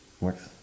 Works